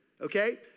Okay